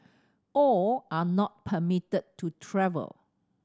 all are not permitted to travel